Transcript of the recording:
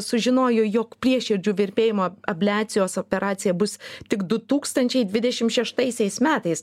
sužinojo jog prieširdžių virpėjimo abliacijos operacija bus tik du tūkstančiai dvidešim šeštaisiais metais